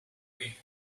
way